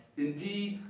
indeed,